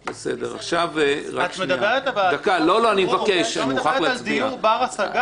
את מדברת על שיקום ואת לא מדברת על דיור בר-השגה.